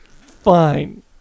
fine